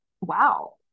wow